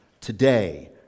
today